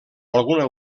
alguna